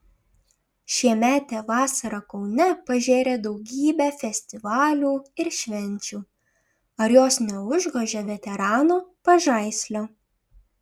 šiemetė vasara kaune pažėrė daugybę festivalių ir švenčių ar jos neužgožia veterano pažaislio